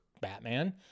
Batman